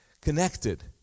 connected